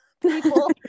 people